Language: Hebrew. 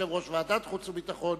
יושב-ראש ועדת החוץ והביטחון,